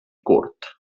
curt